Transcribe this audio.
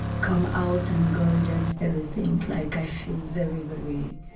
come out and go against everything. like i feel very, very,